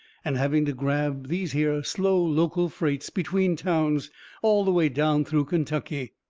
and having to grab these here slow local freights between towns all the way down through kentuckey.